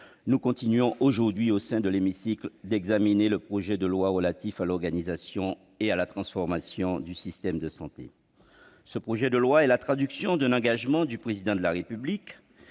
nous continuons aujourd'hui d'examiner, au sein de l'hémicycle, le projet de loi relatif à l'organisation et à la transformation du système de santé. Ce projet de loi est la traduction d'un engagement du Président de la République,